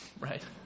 right